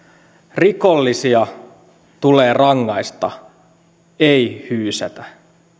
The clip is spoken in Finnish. rikollisia tulee rangaista ei hyysätä